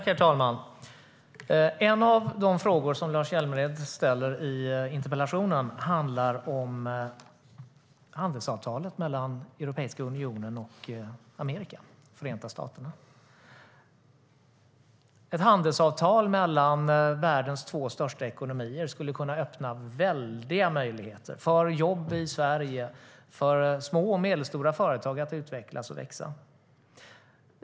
Herr talman! En av de frågor som Lars Hjälmered ställer i interpellationen handlar om handelsavtalet mellan Europeiska unionen och Förenta staterna. Ett handelsavtal mellan världens två största ekonomier skulle kunna öppna väldiga möjligheter för jobb i Sverige, för små och medelstora företag att utvecklas och växa.